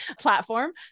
platform